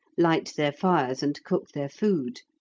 light their fires and cook their food.